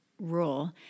Rule